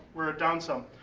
we're down some.